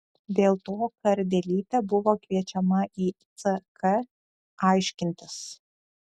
dėl to kardelytė buvo kviečiama į ck aiškintis